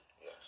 Yes